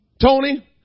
Tony